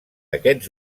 aquests